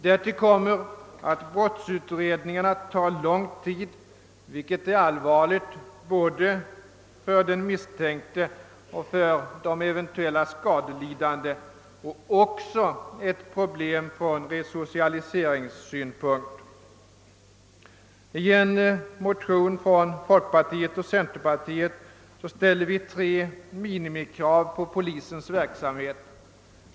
Därtill kommer att brottsutredningarna tar lång tid, vilket är allvarligt både för den misstänkte och för de skadelidande; det är också ett problem från resocialiseringssynpunkt. I en motion från folkpartiet och centerpartiet ställer vi tre minimikrav på polisens verksamhet.